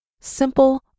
Simple